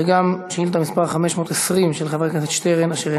וגם שאילתה מס' 520 של חבר הכנסת שטרן,